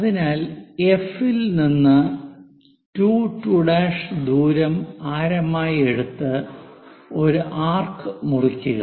അതിനാൽ എഫി ൽ നിന്ന് 2 2' ദൂരം ആരമായി എടുത്തു ഒരു ആർക്ക് മുറിക്കുക